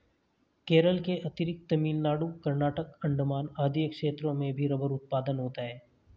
केरल के अतिरिक्त तमिलनाडु, कर्नाटक, अण्डमान आदि क्षेत्रों में भी रबर उत्पादन होता है